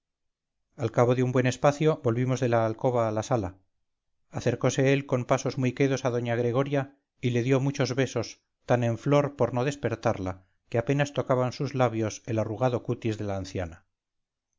al cabo de un buen espacio volvimos de la alcoba a la sala acercose él con pasos muy quedos a doña gregoria y le dio muchos besos tan en flor por no despertarla que apenas tocaban sus labios el arrugado cutis de la anciana